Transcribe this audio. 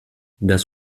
das